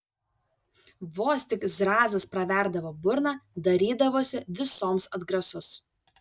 vos tik zrazas praverdavo burną darydavosi visoms atgrasus